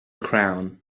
crown